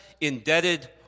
indebted